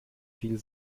viel